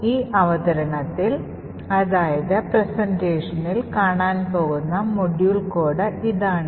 ഈ അവതരണത്തിൽ കാണാൻ പോകുന്ന മൊഡ്യൂൾ കോഡ് ഇതാണ്